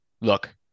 look